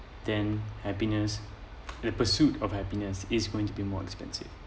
then happiness the pursuit of happiness is going to be more expensive